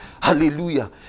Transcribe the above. Hallelujah